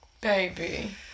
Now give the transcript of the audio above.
baby